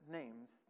names